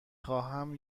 خواهم